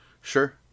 Sure